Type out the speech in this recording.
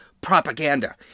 propaganda